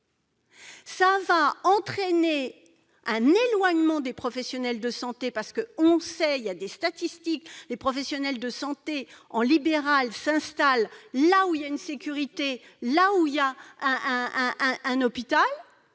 qui va entraîner un éloignement des professionnels de santé. En effet, on le sait grâce aux statistiques, les professionnels de santé en libéral s'installent là où il y a une sécurité, c'est-à-dire un hôpital.